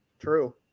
true